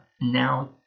now